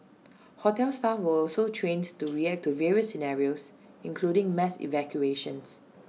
hotel staff were also trained to react to various scenarios including mass evacuations